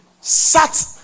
sat